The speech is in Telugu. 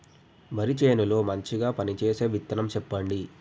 వరి చేను లో మంచిగా పనిచేసే విత్తనం చెప్పండి?